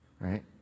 Right